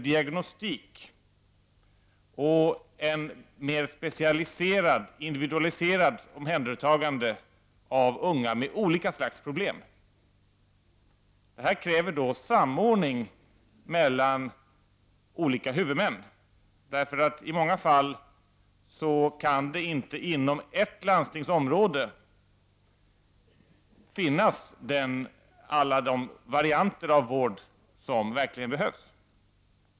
Diagnostiken måste bli bättre och omhändertagandet av ungdomar med olika slags problem måste bli mer specialiserat och individualiserat. Detta kräver samordning mellan olika huvudmän, eftersom det i många fall inte kan finnas alla de varianter av vård som verkligen behövs inom ett landstingsområde.